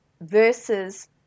versus